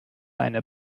eine